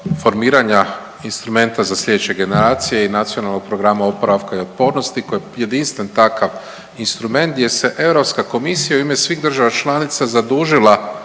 formiranja instrumenta za sljedeće generacije i Nacionalnog programa oporavka i otpornosti kao jedinstven takav instrument gdje se Europska komisija u ime svih država članica zadužila